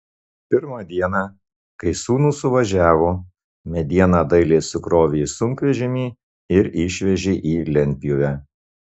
pirmą dieną kai sūnūs suvažiavo medieną dailiai sukrovė į sunkvežimį ir išvežė į lentpjūvę